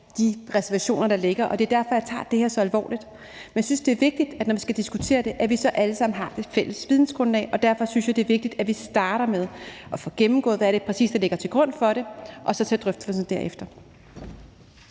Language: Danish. de reservationer, der ligger. Det er derfor, jeg tager det her så alvorligt. Jeg synes, det er vigtigt, at vi alle sammen, når vi skal diskutere det, har et fælles vidensgrundlag, og derfor synes jeg, det er vigtigt, at vi starter med at få gennemgået, hvad det er, der præcis ligger til grund for det, og så tager drøftelserne derefter.